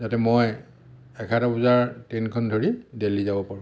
যাতে মই এঘাৰটা বজাৰ ট্ৰেইনখন ধৰি দেল্লী যাব পাৰোঁ